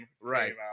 right